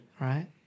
right